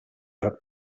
had